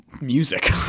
music